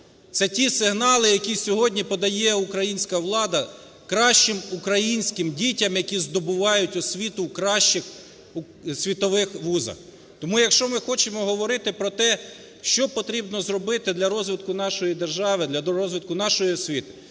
Це ті сигнали, які сьогодні подає українська влада кращим українським дітям, які здобувають освіту в кращих світових вузах. Тому, якщо ми хочемо говорити про те, що потрібно зробити для розвитку нашої держави, для розвитку нашої освіти,